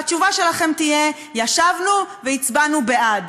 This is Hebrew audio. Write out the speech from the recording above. והתשובה שלכם תהיה: ישבנו והצבענו בעד.